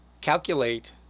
calculate